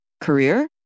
career